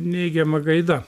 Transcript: neigiama gaida